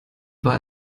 war